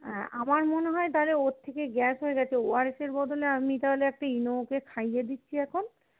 হ্যাঁ আমার মনে হয় তাহলে ওর থেকে গ্যাস হয়ে গেছে ওআরএসের বদলে আমি তাহলে একটা ইনো ওকে খাইয়ে দিচ্ছি এখন